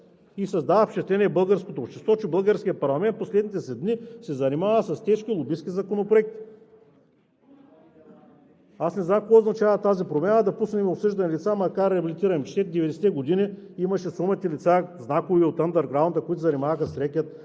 и създава впечатление в българското общество, че българският парламент в последните си дни се занимава с тежки лобистки законопроекти. Аз не знам какво означава тази промяна – да пуснем осъждани лица, макар и реабилитирани? Че през 90-те години имаше сума ти лица, знакови от ъндърграунда, които се занимаваха с рекет,